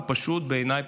בעיניי,